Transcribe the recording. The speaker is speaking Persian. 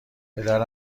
پدر